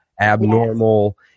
abnormal